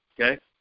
okay